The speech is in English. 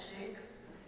shakes